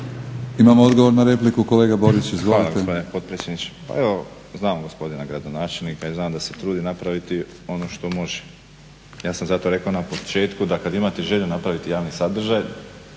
Imamo odgovor na repliku kolega Borić, izvolite. **Borić, Josip (HDZ)** Hvala gospodine potpredsjedniče. Pa evo znam gospodina gradonačelnika i znam da se trudi napraviti ono što može. Ja sam zato rekao na početku da kad imate želju napraviti javni sadržaj